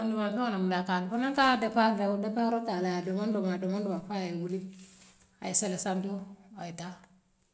Fondemansion o lemuŋ daa taa woo mann taala depaaroo aye woo depaaroo taale aya doomaŋ doomaŋ a doomaŋ doomaŋ foo aye wuli aye sele santoo aye taa.